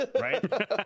Right